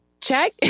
Check